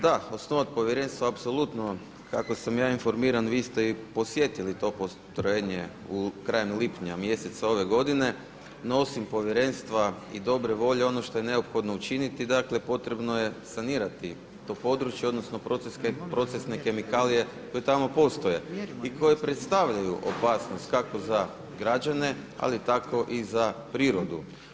Da, … povjerenstva apsolutno kako sam ja informiran vi ste i posjetili to postrojenje krajem lipnja mjeseca ove godine no osim povjerenstva i dobre volje ono što je neophodno učiniti dakle potrebno je sanirati to područje, odnosno procesne kemikalije koje tamo postoje i koje predstavljaju opasnost kako za građane ali tako i za prirodu.